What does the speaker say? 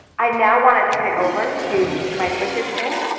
i now want to turn it over to mike richardson,